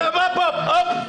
עם מי דיברתם?